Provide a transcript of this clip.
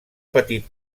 petit